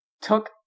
took